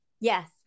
Yes